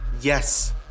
Yes